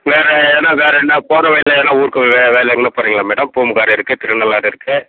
வேறு எதுனா வேறு என்ன போகிற வழியில் எதுனா ஊருக்கு வே வேறு எங்கேனா போகிறீங்களா மேடம் பூம்புகார் இருக்குது திருநள்ளாறு இருக்குது